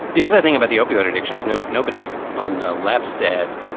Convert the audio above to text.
the other thing about the opioid addiction is no nobody on the left said,